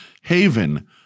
haven